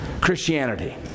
Christianity